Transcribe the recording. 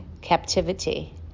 captivity